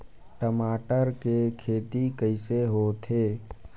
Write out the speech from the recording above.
टमाटर के खेती कइसे होथे?